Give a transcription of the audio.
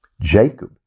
Jacob